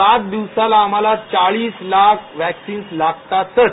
सात दिवसाला आम्हाला चाळीस लाख व्हॅक्सिन्स लागतातच